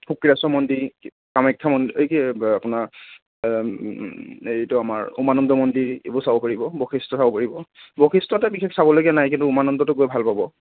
শুক্ৰেশ্বৰ মন্দিৰ কি কামাখ্যা মন্দিৰ এই কি আপোনাৰ এইটো আমাৰ উমানন্দ মন্দিৰ এইবোৰ চাব পাৰিব বশিষ্ঠ চাব পাৰিব বশিষ্ঠত বিশেষ চাবলগীয়া নাই কিন্তু উমানন্দত গৈ ভাল পাব